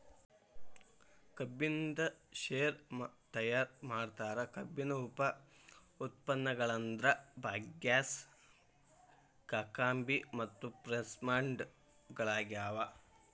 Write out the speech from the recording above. ಕಬ್ಬಿನಿಂದ ಶೇರೆ ತಯಾರ್ ಮಾಡ್ತಾರ, ಕಬ್ಬಿನ ಉಪ ಉತ್ಪನ್ನಗಳಂದ್ರ ಬಗ್ಯಾಸ್, ಕಾಕಂಬಿ ಮತ್ತು ಪ್ರೆಸ್ಮಡ್ ಗಳಗ್ಯಾವ